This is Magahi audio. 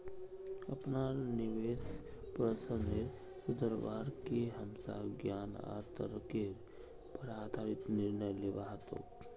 अपनार निवेश प्रदर्शनेर सुधरवार के हमसाक ज्ञान आर तर्केर पर आधारित निर्णय लिबा हतोक